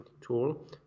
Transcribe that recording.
tool